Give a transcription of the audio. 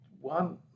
one